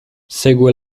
segue